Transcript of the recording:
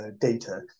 data